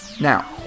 Now